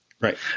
right